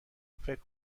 فکر